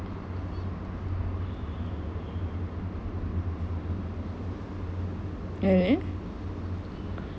really